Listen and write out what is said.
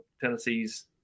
tennessee's